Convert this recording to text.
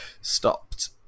stopped